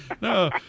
No